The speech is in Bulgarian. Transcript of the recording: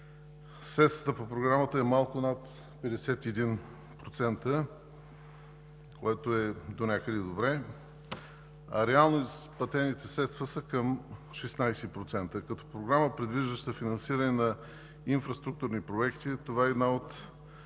средствата по Програмата е малко над 51%, което е донякъде добре. Реално изплатените средства са към 16%. Като Програма, предвиждаща финансиране на инфраструктурни проекти, това е може